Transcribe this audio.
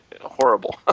horrible